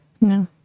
No